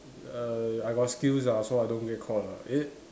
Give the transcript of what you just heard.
err I got skills lah so I don't get caught lah eh